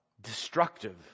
destructive